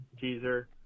teaser